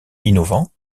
innovant